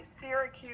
Syracuse